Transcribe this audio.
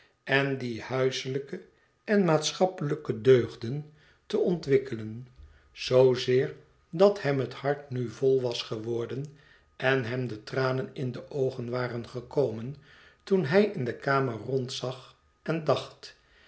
en die huiselijke en maatschappelijke deugden te ontwikkelen zoozeer dat hem het hart nu vol was geworden en hem de tranen in de oogen waren gekomen toen hij in de kamer rondzag en dacht